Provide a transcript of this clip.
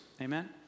Amen